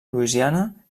louisiana